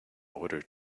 order